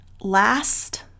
last